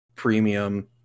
premium